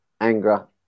Anger